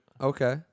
Okay